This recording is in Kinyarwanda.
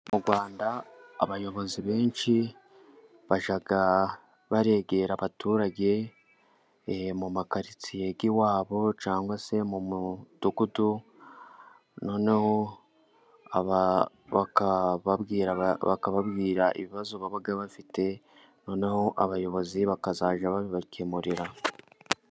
Mu rwanda abayobozi benshi bajya baregera abaturage, mu makaritsiye y'iwabo cyangwa se mu mudugudu, noneho baka bakababwira ibibazo baba bafite, noneho abayobozi bakazajya babikemurira.